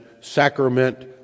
sacrament